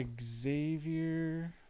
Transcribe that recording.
Xavier